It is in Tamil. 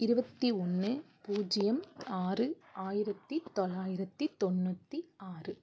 இருபத்தி ஒன்று பூஜ்ஜியம் ஆறு ஆயிரத்தி தொள்ளாயிரத்தி தொண்ணூற்றி ஆறு